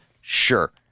Sure